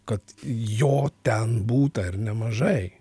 kad jo ten būta ir nemažai